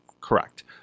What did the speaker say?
correct